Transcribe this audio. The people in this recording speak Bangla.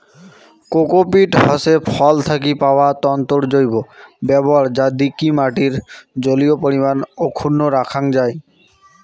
কোকোপীট হসে ফল থাকি পাওয়া তন্তুর জৈব ব্যবহার যা দিকি মাটির জলীয় পরিমান অক্ষুন্ন রাখাং যাই